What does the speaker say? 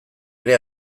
ere